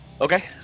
Okay